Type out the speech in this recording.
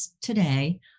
today